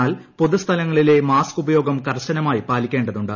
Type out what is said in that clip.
എന്നാൽ പൊതുസ്ഥലങ്ങളിലെ മാസ്ക് ഉപയോഗം കർശനമായി പാലിക്കേണ്ടതുണ്ട്